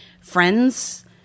friends